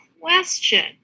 question